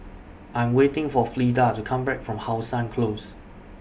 I'm waiting For Fleda to Come Back from How Sun Close